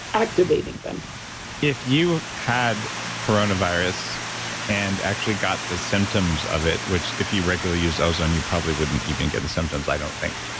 activating them if you had coronavirus and actually got the symptoms of it, which, if you regularly use ozone, you probably wouldn't even get the symptoms, i don't think.